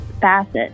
facet